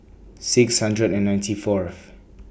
six hundred and ninety Fourth